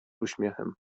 uśmiechem